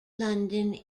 london